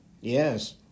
Yes